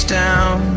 down